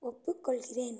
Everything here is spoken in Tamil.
ஒப்புக்கொள்கிறேன்